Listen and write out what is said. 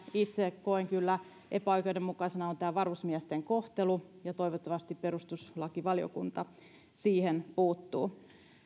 itse koen kyllä epäoikeudenmukaisena on tämä varusmiesten kohtelu ja toivottavasti perustuslakivaliokunta siihen puuttuu